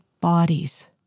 bodies